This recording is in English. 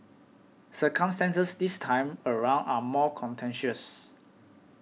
circumstances this time around are more contentious